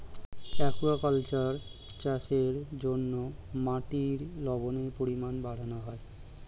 aquaculture চাষের জন্য মাটির লবণের পরিমাণ বাড়ানো হয়